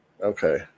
Okay